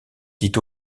dit